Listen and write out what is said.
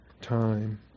time